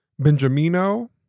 benjamino